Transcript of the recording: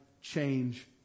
change